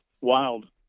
wild